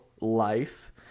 life